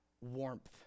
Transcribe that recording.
warmth